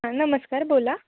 हां नमस्कार बोला